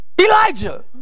Elijah